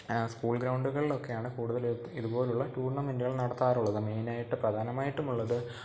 school ഗ്രൗണ്ടുകളിലൊക്കെയാണ് കൂടുതൽ ഇതുപോലുള്ള ടൂർണമെൻ്റുകൾ നടത്താറുള്ളത് മെയിനായിട്ട് പ്രധാനമായിട്ടുമുള്ളത്